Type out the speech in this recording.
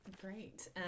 Great